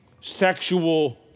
sexual